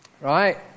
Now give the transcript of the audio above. right